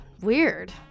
weird